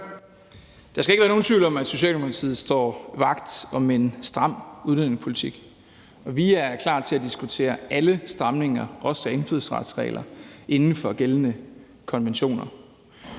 Der skal ikke være nogen tvivl om, at Socialdemokratiet står vagt om en stram udlændingepolitik, og vi er klar til at diskutere alle stramninger, også af indfødsretsregler, inden for gældende konventioner.